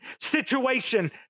situation